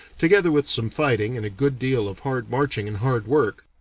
together with some fighting and a good deal of hard marching and hard work,